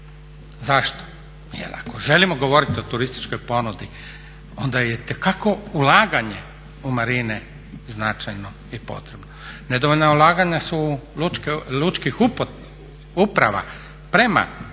Zašto? Jer ako želimo govoriti o turističkoj ponudi onda je itekako ulaganje u marine značajno i potrebno. Nedovoljna ulaganja su lučkih uprava prema infrastrukturi